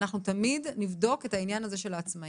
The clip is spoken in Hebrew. אנחנו תמיד נבדוק את העניין הזה של העצמאים,